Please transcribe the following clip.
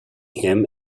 him